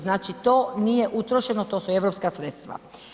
Znači to nije utrošeno, to su europska sredstva.